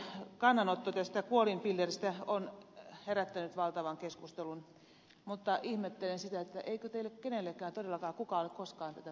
ymmärrän että kaari utrion kannanotto tästä kuolinpilleristä on herättänyt valtavan keskustelun mutta ihmettelen sitä eikö teille kenellekään todellakaan kukaan ole koskaan tätä kertonut